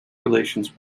relations